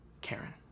Karen